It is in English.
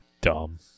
Dumb